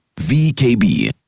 VKB